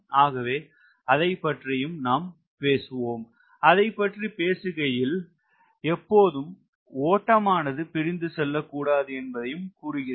ஆகவே அதை பற்றியும் நாம் பேசுவோம் அதை பற்றி பேசுகையில் எப்போது ஓட்டமானது பிரிந்து செல்ல கூடாது என்பதையும் கூறுகிறேன்